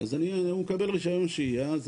אז הוא מקבל רישיון שהייה.